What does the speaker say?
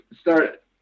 start